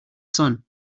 sun